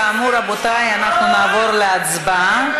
כאמור, רבותי, אנחנו נעבור להצבעה.